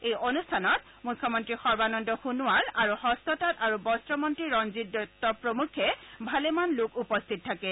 এই অনুষ্ঠানত মুখ্যমন্ত্ৰী সৰ্বানন্দ সোণোৱাল আৰু হস্ততাঁত আৰু বস্ত্ৰ মন্ত্ৰী ৰঞ্জিত দত্ত প্ৰমুখে ভালেমান গন্য মান্য লোক উপস্থিত থাকে